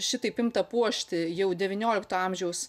šitaip imta puošti jau devyniolikto amžiaus